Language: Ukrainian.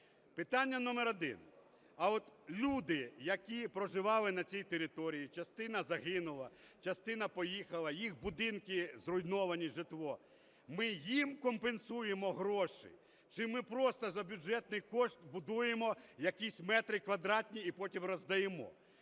Питання номер один. А от люди, які проживали на цій території, частина загинула, частина поїхала, їх будинки зруйновані, житло, ми їм компенсуємо гроші чи ми просто за бюджетний кошт будуємо якісь метри квадратні і потім роздаємо?